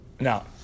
Now